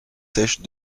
sèches